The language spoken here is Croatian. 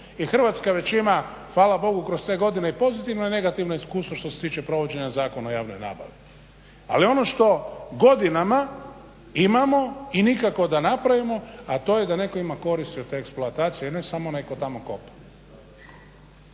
i Hrvatska već ima hvala Bogu kroz te godine i pozitivna i negativna iskustva što se tiče provođenja Zakona o javnoj nabavi. Ali ono što godinama imamo i nikako da napravimo a to je da netko ima koristi od te eksploatacije, ne samo onaj tko tamo kopa.